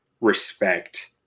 respect